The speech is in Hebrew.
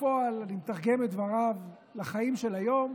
ובפועל אני מתרגם את דבריו לחיים של היום: